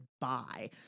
buy